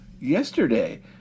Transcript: yesterday